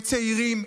הם צעירים,